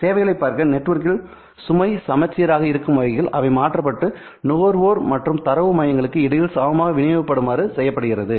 சேவைகளைப் பார்க்க நெட்வொர்க்கில் சுமை சமச்சீராக இருக்கும் வகையில் அவை மாற்றப்பட்டு நுகர்வோர் மற்றும் தரவு மையங்களுக்கு இடையில் சமமாக விநியோகிக்கப்படுமாறு செய்யப்படுகிறது